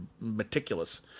meticulous